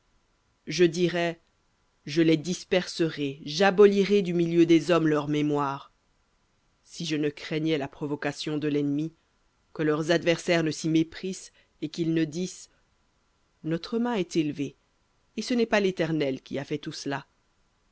je dirais je les disperserai j'abolirai du milieu des hommes leur mémoire si je ne craignais la provocation de l'ennemi que leurs adversaires ne s'y méprissent et qu'ils ne dissent notre main est élevée et ce n'est pas l'éternel qui a fait tout cela